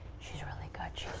she's really good.